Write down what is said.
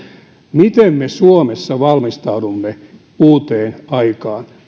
miten me suomessa valmistaudumme uuteen aikaan